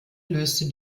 löste